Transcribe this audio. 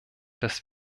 dass